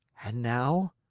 and now?